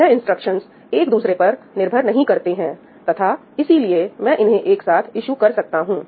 यह इंस्ट्रक्शंस एक दूसरे पर निर्भर नहीं करते हैं तथा इसीलिए मैं इन्हें एक साथ ईशु कर सकता हूं